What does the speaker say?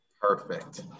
Perfect